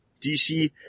DC